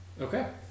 Okay